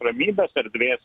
ramybės erdvės